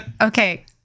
Okay